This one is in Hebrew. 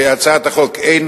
להצעת החוק אין